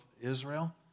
Israel